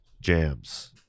jams